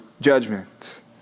judgment